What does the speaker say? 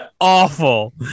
awful